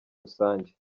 rusange